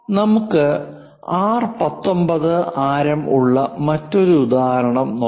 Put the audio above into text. നമുക്ക് R19 ആരം ഉള്ള മറ്റൊരു ഉദാഹരണം നോക്കാം